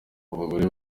abagore